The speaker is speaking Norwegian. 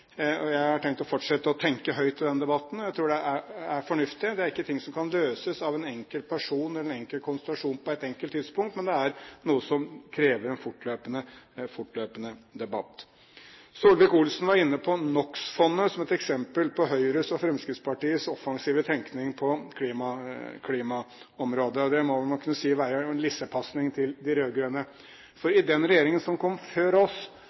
og jeg har tenkt å fortsette å tenke høyt i den debatten. Jeg tror det er fornuftig, for det er ikke ting som kan løses av en enkelt person eller en enkelt konstellasjon på et enkelt tidspunkt. Det er noe som krever en fortløpende debatt. Solvik-Olsen var inne på NOx-fondet som et eksempel på Høyres og Fremskrittspartiets offensive tenkning på klimaområdet. Det må man vel kunne si er en lissepasning til de rød-grønne, for i den regjeringen som kom før oss,